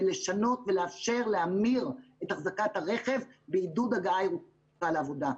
ולשנות ולאפשר להמיר את אחזקת הרכב בעידוד הגעה ירוקה לעבודה.